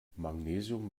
magnesium